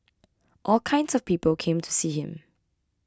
all kinds of people came to see him